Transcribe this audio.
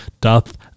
Doth